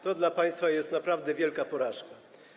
To dla państwa jest naprawdę wielka porażka.